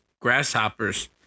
Grasshoppers